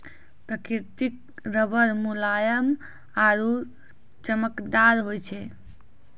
प्रकृतिक रबर मुलायम आरु चमकदार होय छै